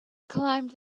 climbed